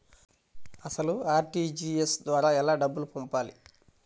అసలు అర్.టీ.జీ.ఎస్ ద్వారా ఎలా డబ్బులు పంపాలి?